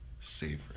Savor